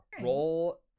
roll